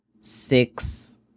six